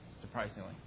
surprisingly